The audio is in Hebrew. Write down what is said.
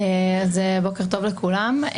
בוקר טוב לכולם.